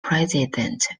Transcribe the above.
president